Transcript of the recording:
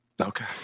Okay